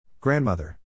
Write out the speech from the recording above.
Grandmother